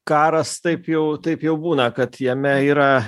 karas taip jau taip jau būna kad jame yra